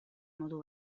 modu